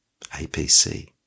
APC